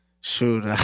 shoot